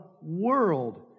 world